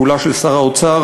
פעולה של שר האוצר,